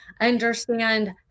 understand